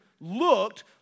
looked